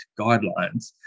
guidelines